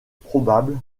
probable